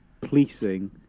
policing